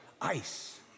ice